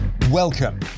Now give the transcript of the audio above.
Welcome